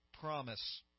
promise